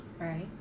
Right